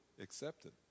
accepted